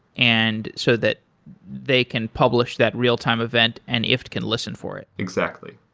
and so that they can publish that real-time event and ifttt can listen for it. exactly.